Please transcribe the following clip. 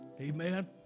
Amen